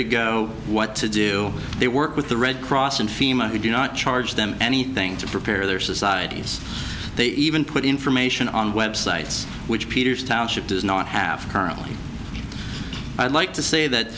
to go what to do they work with the red cross and fema they do not charge them anything to prepare their societies they even put information on websites which peters township does not have currently i'd like to say that